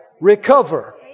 recover